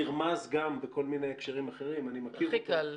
נרמז גם בכל מיני הקשרים אחרים --- הכי קל.